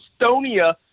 Estonia